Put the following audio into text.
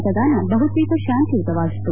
ಮತದಾನ ಬಹುತೇಕ ಶಾಂತಿಯುತವಾಗಿತ್ತು